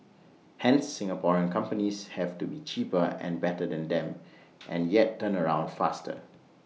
hence Singaporean companies have to be cheaper and better than them and yet turnaround faster